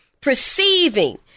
perceiving